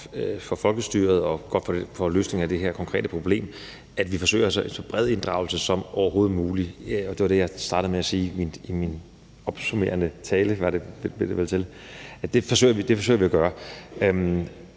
for folkestyret og løsningen af det her konkrete problem, at vi forsøgerat have en så bred inddragelse som overhovedet muligt. Det var det, jeg startede med at sige i min opsummerende tale. Det forsøger vi at gøre.